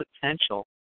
potential